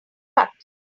cut